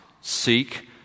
seek